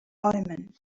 omen